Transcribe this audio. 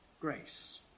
grace